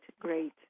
great